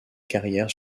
carrière